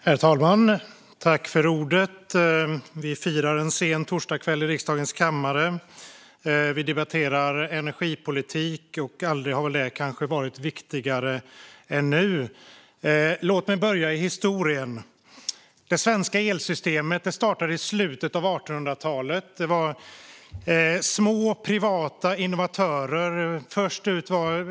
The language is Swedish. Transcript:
Herr talman! Tack för ordet! Vi firar en sen torsdagskväll i riksdagens kammare och debatterar energipolitik, och det har kanske aldrig varit viktigare än nu. Låt mig börja med historien. Det svenska elsystemet startades i slutet av 1800-talet av små privata innovatörer.